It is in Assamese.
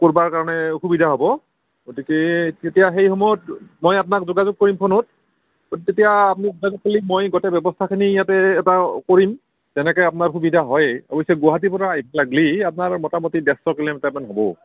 কৰিবৰ কাৰণে অসুবিধা হ'ব গতিকে তেতিয়া সেই সময়ত মই আপোনাক যোগাযোগ কৰিম ফোনত তেতিয়া মই গোটেই ব্যৱস্থাখিনি ইয়াতে এটা কৰিম যেনেকৈ আপোনাৰ সুবিধা হয় অৱশ্যে গুৱাহাটীৰ পৰা আহিব গ'লে আপোনাৰ মোটামুটি ডেৰশ কিলোমিটাৰমান হ'ব